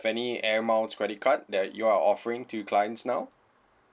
any air miles credit card that you are offering to clients now